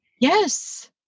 Yes